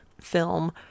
film